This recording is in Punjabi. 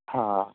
ਹਾਂ